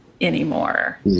anymore